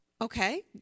Okay